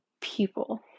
people